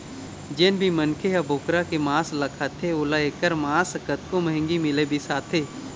जेन भी मनखे ह बोकरा के मांस ल खाथे ओला एखर मांस ह कतको महंगी मिलय बिसाथे